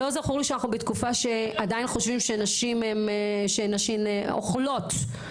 לא זכור לי שאנחנו בתקופה שעדיין חושבים שנשים אוכלות גברים.